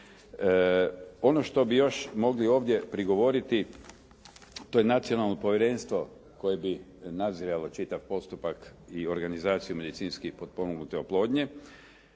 Ono što bi još mogli ovdje prigovoriti to je nacionalno povjerenstvo koje bi nadziralo čitav postupak i organizaciju medicinski potpomognute oplodnje,